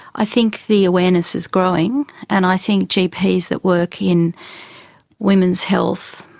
i think the awareness is growing, and i think gps that work in women's health,